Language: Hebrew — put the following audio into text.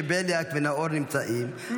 שבליאק ונאור נמצאים בה,